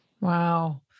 Wow